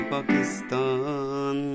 Pakistan